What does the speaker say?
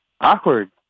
Awkward